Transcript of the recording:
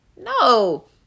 no